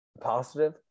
positive